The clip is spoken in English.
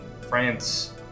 France